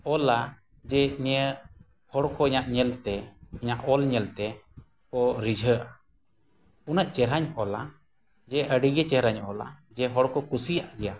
ᱚᱞᱟ ᱡᱮ ᱤᱧᱟᱹᱜ ᱦᱚᱲᱠᱚ ᱤᱧᱟᱹᱜ ᱧᱮᱞᱛᱮ ᱤᱧᱟᱹᱜ ᱚᱞ ᱧᱮᱞᱛᱮ ᱠᱚ ᱨᱤᱡᱷᱟᱹᱜᱼᱟ ᱩᱱᱟᱹᱜ ᱪᱮᱦᱨᱟᱧ ᱚᱞᱟ ᱡᱮ ᱟᱹᱰᱤᱜᱮ ᱪᱮᱦᱨᱟᱧ ᱚᱞᱟ ᱡᱮ ᱦᱚᱲᱠᱚ ᱠᱩᱥᱤᱭᱟᱜ ᱜᱮᱭᱟ